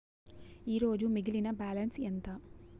ఈరోజు మిగిలిన బ్యాలెన్స్ ఎంత?